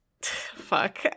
fuck